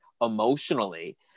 emotionally